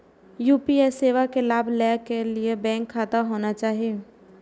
UPI सेवा के लाभ लै के लिए बैंक खाता होना चाहि?